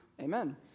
amen